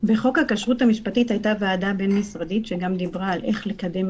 בחוק הכשרות המשפטית היתה ועדה בין-משרדית שגם דיברה על איך לקדם,